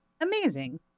Amazing